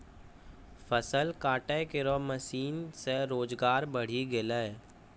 फसल काटै केरो मसीन सें रोजगार बढ़ी गेलै